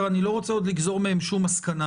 אני לא רוצה עוד לגזור מהם שום מסקנה